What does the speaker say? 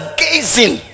gazing